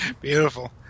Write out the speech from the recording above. Beautiful